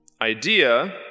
idea